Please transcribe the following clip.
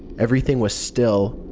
everything was still.